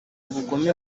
ubugome